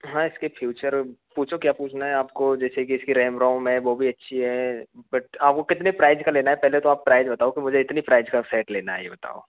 हाँ इसके फ्यूचर पूछो क्या पूछना है आपको जैसे की इसकी रेम रोम है वो भी अच्छी है बट आपको कितने प्राइज का लेना है पहले तो आप प्राइज बताओ कि मुझे इतनी प्राइज का सेट लेना है ये बताओ